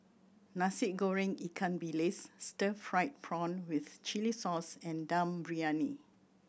Nasi Goreng ikan bilis stir fried prawn with chili sauce and Dum Briyani